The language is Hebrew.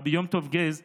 רבי יום טוב גז הי"ד,